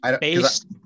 based